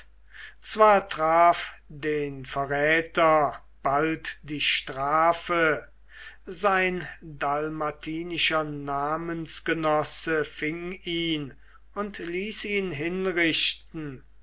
zwar traf den verräter bald die strafe sein dalmatinischer namensgenosse fing ihn und ließ ihn hinrichten